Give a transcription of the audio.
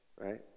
right